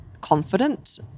confident